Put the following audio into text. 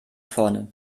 vorne